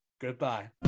Goodbye